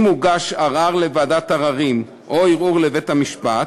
אם הוגש ערר לוועדת עררים או ערעור לבית-המשפט,